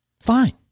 Fine